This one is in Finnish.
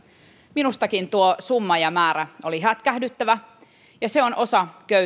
minustakin tuo summa ja määrä oli hätkähdyttävä ja se on osa köyhyyden ilmiötä